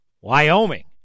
Wyoming